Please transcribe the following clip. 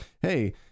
hey